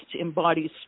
embodies